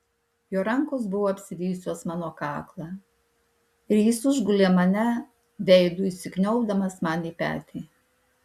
jo rankos buvo apsivijusios mano kaklą ir jis užgulė mane veidu įsikniaubdamas man į petį